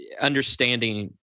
understanding